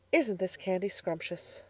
isn't this candy scrumptious?